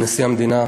כבוד נשיא המדינה